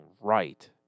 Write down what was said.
right